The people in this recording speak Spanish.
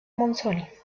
monzones